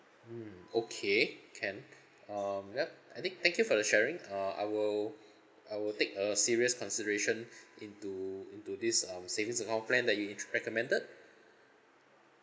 mm okay can um yup I think thank you for the sharing uh I will I will take a serious consideration into into this um savings account plan that you intr~ recommended